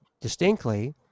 distinctly